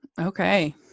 Okay